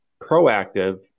proactive –